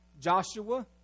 Joshua